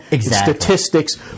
statistics